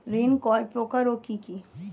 ঋণ কয় প্রকার ও কি কি?